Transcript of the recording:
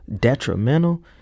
detrimental